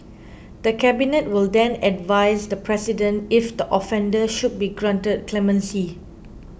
the Cabinet will then advise the President if the offender should be granted clemency